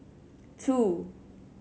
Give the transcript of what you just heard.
two